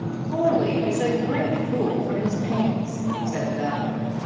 goarly is a great fool for his pains, said the doctor.